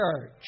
church